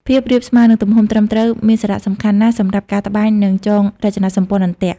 ភាពរាបស្មើ និងទំហំត្រឹមត្រូវមានសារៈសំខាន់ណាស់សម្រាប់ការត្បាញ និងចងរចនាសម្ព័ន្ធអន្ទាក់។